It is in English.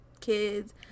kids